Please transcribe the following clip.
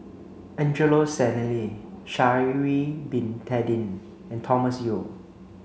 Angelo Sanelli Sha'ari bin Tadin and Thomas Yeo